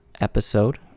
episode